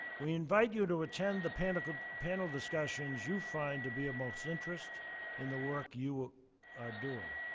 we invite you to attend the panel panel discussions you find to be of most interest in the work you are doing.